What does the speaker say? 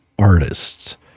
artists